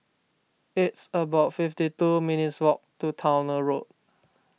it's about fifty two minutes' walk to Towner Road